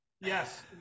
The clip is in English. yes